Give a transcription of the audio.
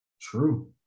True